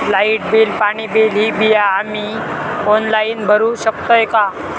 Light bill, पाणी bill, ही बिला आम्ही ऑनलाइन भरू शकतय का?